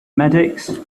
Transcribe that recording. medics